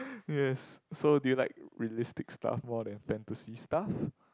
yes so do you like realistic stuff more than fantasy stuff